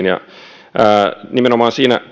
ja siinä